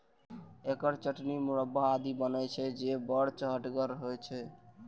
एकर चटनी, मुरब्बा आदि बनै छै, जे बड़ चहटगर होइ छै